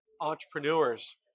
entrepreneurs